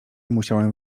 musiałem